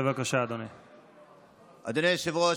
אדוני היושב-ראש,